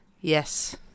Yes